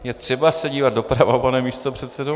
Je třeba se dívat doprava, pane místopředsedo .